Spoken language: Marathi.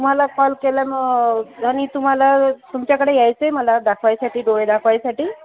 तुम्हाला कॉल केला न आणि तुम्हाला तुमच्याकडे यायचं आहे मला दाखवायसाठी डोळे दाखवायसाठी